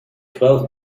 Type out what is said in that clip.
twelve